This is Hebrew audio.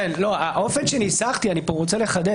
אני רוצה לחדד.